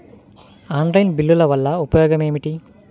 Online బిల్లుల వల్ల ఉపయోగమేమిటీ?